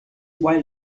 while